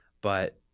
but-